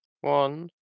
one